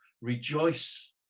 rejoice